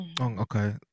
Okay